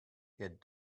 had